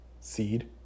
Seed